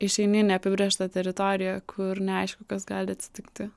išeini į neapibrėžtą teritoriją kur neaišku kas gali atsitikti